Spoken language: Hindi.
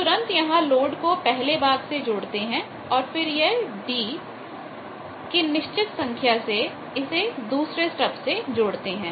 हम तुरंत यहां लोड को पहले भाग से जोड़ते हैं और फिर यह d कि निश्चित संख्या से इसे दूसरे स्टब से जोड़ते हैं